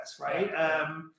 right